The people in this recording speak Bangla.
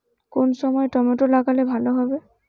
কোন সময় টমেটো লাগালে ভালো হবে?